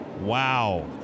Wow